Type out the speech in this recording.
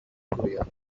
korea